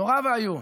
נורא ואיום.